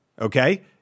okay